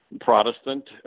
Protestant